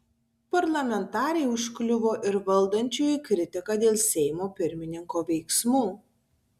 parlamentarei užkliuvo ir valdančiųjų kritika dėl seimo pirmininko veiksmų